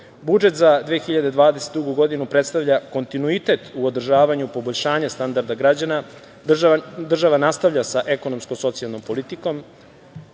za 2022. godinu predstavlja kontinuitet u održavanju poboljšanja standarda građana. Država nastavlja sa ekonomsko-socijalnom politikom. Drugi